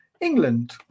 england